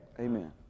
Amen